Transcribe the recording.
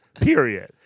Period